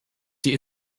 die